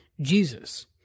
Jesus